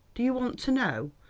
do you want to know?